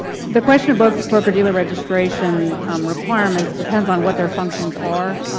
the question of broker broker dealer registration um requirements depends on what their functions are.